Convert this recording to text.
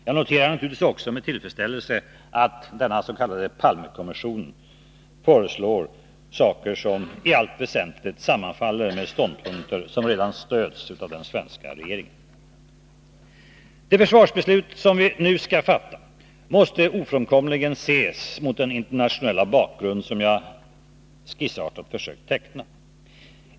Jag noterar också med tillfredsställelse att den s.k. Palmekommissionens förslag i allt väsentligt sammanfaller med ståndpunkter som redan stöds av den svenska regeringen. Det försvarsbeslut vi nu skall fatta måste ofrånkomligen ses mot den internationella bakgrund som jag skissartat har försökt teckna.